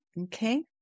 Okay